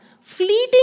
Fleeting